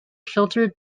sheltered